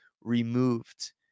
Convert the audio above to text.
removed